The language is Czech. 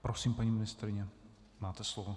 Prosím, paní ministryně, máte slovo.